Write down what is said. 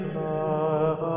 love